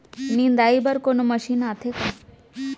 निंदाई बर कोनो मशीन आथे का?